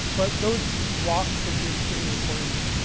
but those walks can be extremely important.